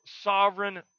sovereign